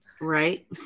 Right